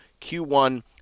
Q1